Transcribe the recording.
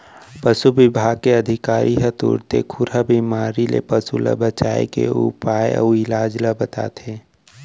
पसु बिभाग के अधिकारी ह तुरते खुरहा बेमारी ले पसु ल बचाए के उपाय अउ इलाज ल बताथें